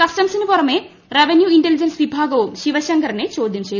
കസ്റ്റംസിന് പുറമെ revenue intelligence വിഭാഗവും ശിവശങ്കറിനെ ചോദ്യം ചെയ്തു